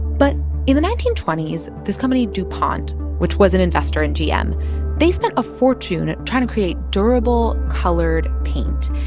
but in the nineteen twenty s, this company dupont, which was an investor in gm they spent a fortune trying to create durable, colored paint.